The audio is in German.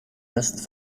west